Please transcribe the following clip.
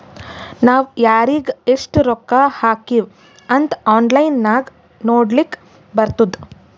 ನಾವ್ ಯಾರಿಗ್ ಎಷ್ಟ ರೊಕ್ಕಾ ಹಾಕಿವ್ ಅಂತ್ ಆನ್ಲೈನ್ ನಾಗ್ ನೋಡ್ಲಕ್ ಬರ್ತುದ್